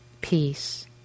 peace